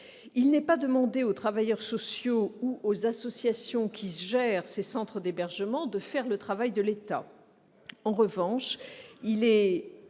Il n'est pas demandé aux travailleurs sociaux ni aux associations qui administrent ces centres d'hébergement de faire le travail de l'État. Des départements